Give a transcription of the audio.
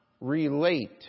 relate